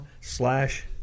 slash